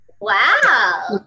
wow